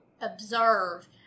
observe